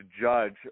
Judge